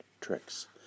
tricks